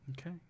Okay